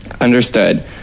Understood